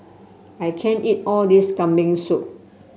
I can't eat all this Kambing Soup